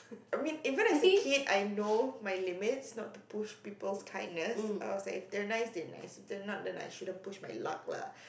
I mean even as a kid I know my limits not to push peoples' kindness I was like if they're nice they're nice if they're not then I shouldn't push my luck lah